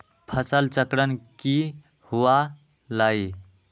फसल चक्रण की हुआ लाई?